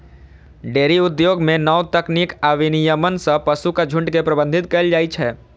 dairy उद्योग मे नव तकनीक आ विनियमन सं पशुक झुंड के प्रबंधित कैल जाइ छै